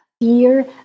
fear